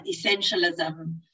essentialism